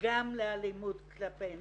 גם לאלימות כלפי נשים.